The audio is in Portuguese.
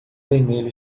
vermelho